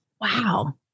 Wow